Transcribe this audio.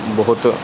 ਬਹੁਤ